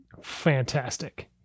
fantastic